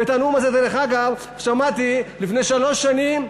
ואת הנאום הזה, דרך אגב, שמעתי לפני שלוש שנים,